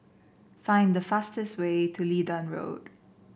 find the fastest way to Leedon Road